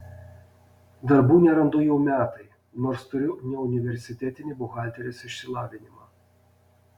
darbų nerandu jau metai nors turiu neuniversitetinį buhalterės išsilavinimą